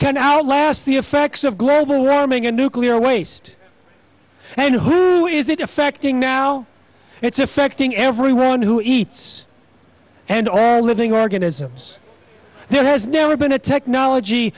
can outlast the effects of global warming and nuclear waste and who is it affecting now it's affecting everyone who eats and living organisms there has never been a technology